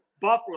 Buffalo